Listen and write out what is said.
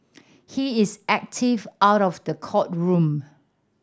he is active out of the courtroom